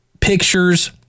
pictures